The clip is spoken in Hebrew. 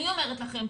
אני אומרת לכם,